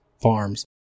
farms